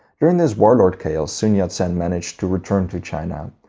during this warlord chaos sun yat-sen managed to return to china.